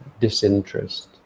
disinterest